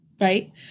right